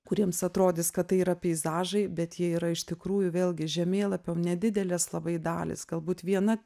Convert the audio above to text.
kuriems atrodys kad tai yra peizažai bet jie yra iš tikrųjų vėlgi žemėlapio nedidelės labai dalys galbūt viena